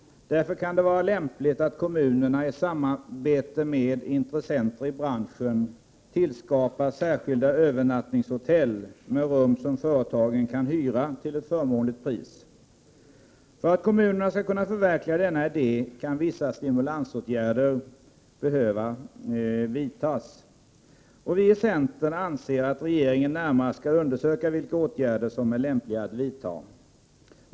Därför kan det vara lämpligt att kommunerna i samarbete med intressenter i branschen tillskapar särskilda övernattningshotell med rum som företagen kan hyra till ett förmånligt pris. För att kommunerna skall kunna förverkliga denna idé kan vissa stimulansåtgärder behöva vidtas. Vi i centern anser att regeringen närmare skall undersöka vilka åtgärder som är lämpliga att vidta.